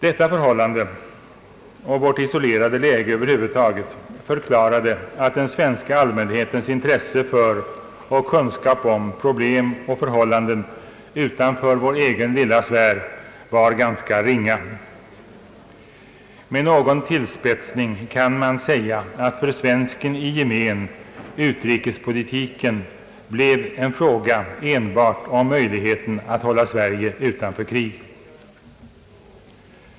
Detta förhållande och vårt isolerade läge över huvud taget förklarade att den svenska allmänhetens intresse för och kunskap om problem och förhållanden utanför vår egen lilla sfär var ganska ringa. Med någon tillspetsning kan man säga att för svensken i gemen blev utrikespolitiken en fråga enbart om möjligheten att hålla Sverige utanför kriget.